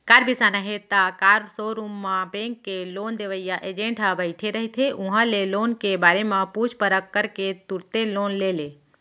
car बिसाना हे त कार सोरूम म बेंक ले लोन देवइया एजेंट ह बइठे रहिथे उहां ले लोन के बारे म पूछ परख करके तुरते लोन ले ले